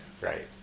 Right